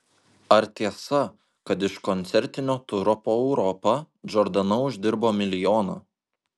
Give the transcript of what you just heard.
ar tiesa kad iš koncertinio turo po europą džordana uždirbo milijoną